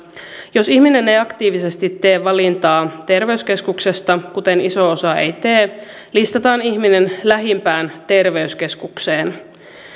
jos ihminen ei aktiivisesti tee valintaa terveyskeskuksesta kuten iso osa ei tee listataan ihminen lähimpään terveyskeskukseen